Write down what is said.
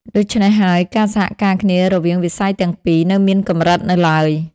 ដូច្នេះហើយ ការសហការគ្នារវាងវិស័យទាំងពីរនៅមានកម្រិតនៅឡើយ។